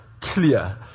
clear